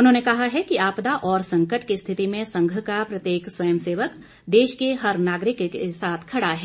उन्होंने कहा है कि आपदा और संकट की स्थिति में संघ का प्रत्येक स्वयं सेवक देश के हर नागरिक के साथ खड़ा है